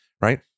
right